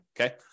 Okay